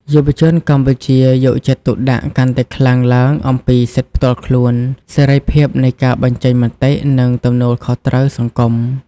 យុវជនកម្ពុជាយកចិត្តទុកដាក់កាន់តែខ្លាំងឡើងអំពីសិទ្ធិផ្ទាល់ខ្លួន សេរីភាពនៃការបញ្ចេញមតិ និងទំនួលខុសត្រូវសង្គម។